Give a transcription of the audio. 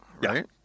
right